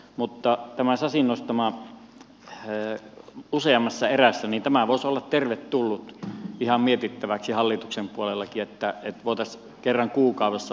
mutta tämä sasin nostama useammassa erässä voisi olla tervetullut ihan mietittäväksi hallituksen puolellakin että voitaisiin kerran kuukaudessa ottaa